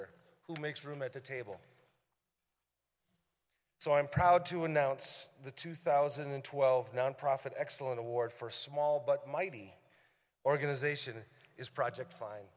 visitor who makes room at the table so i'm proud to announce the two thousand and twelve nonprofit excellent award for a small but mighty organization is project fi